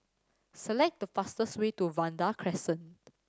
select the fastest way to Vanda Crescent